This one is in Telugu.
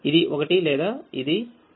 ఇది ఒకటి లేదా ఇది ఒకటిθ1